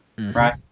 right